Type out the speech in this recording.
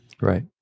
Right